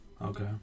okay